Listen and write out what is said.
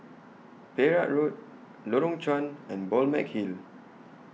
Perak Road Lorong Chuan and Balmeg Hill